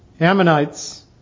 Ammonites